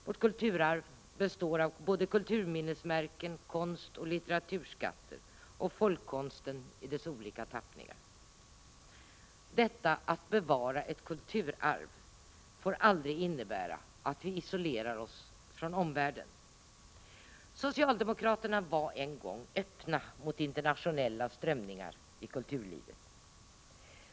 Vårt kulturarv består av kulturminnesmärken, konstoch litteraturskatter och folkkonsten i dess olika tappningar. Detta att bevara ett kulturarv får aldrig innebära att vi isolerar oss från omvärlden. Socialdemokraterna var en gång öppna mot internationella strömningar i kulturlivet.